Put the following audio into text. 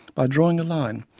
by drawing a line,